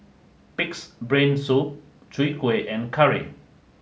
Pig's Brain Soup Chwee Kueh and Curry